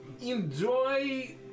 enjoy